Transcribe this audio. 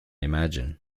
imagine